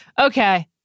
Okay